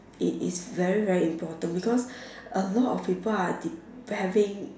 it is very very important because a lot of people are de~ having